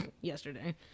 yesterday